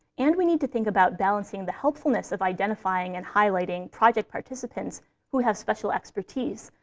and we need to think about balancing the helpfulness of identifying and highlighting project participants who have special expertise,